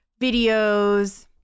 videos